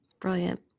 Brilliant